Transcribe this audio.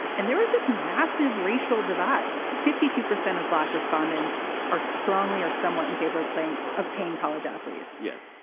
and there is this massive racial divide. fifty two percent of black respondents are strongly or somewhat in favor of playing of paying college athletes. yes.